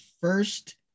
first